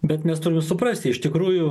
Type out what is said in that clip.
bet mes turim suprasti iš tikrųjų